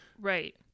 Right